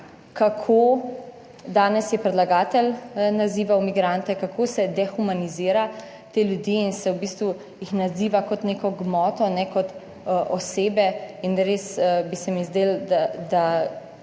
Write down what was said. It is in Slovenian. kako - danes je predlagatelj nazival migrante - se dehumanizira te ljudi in se v bistvu jih naziva kot neko gmoto kot osebe in res bi se mi zdelo da